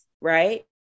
right